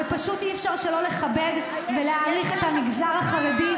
אבל אי-אפשר שלא לכבד ולהעריך את המגזר החרדי,